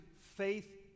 faith